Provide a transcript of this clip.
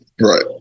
Right